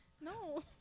No